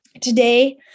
Today